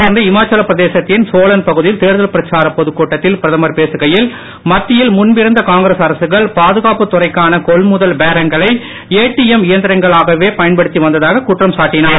தொடர்ந்து இமாச்சல பிரதேசத்தின் சோலன் பகுதியில் தேர்தல் பிரச்சாரப் பொதுக் கூட்டத்தில் பிரதமர் பேசுகையில் மத்தியில் முன்பிருந்த காங்கிரஸ் அரசுகள் பாதுகாப்புத் துறைக்கான கொள்முதல் பேரங்களை ஏடிஎம் இயந்திரங்களாகவே பயன்படுத்தி வந்ததாக குற்றம் சாட்டினார்